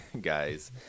guys